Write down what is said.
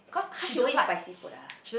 !huh! she don't eat spicy food ah